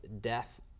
death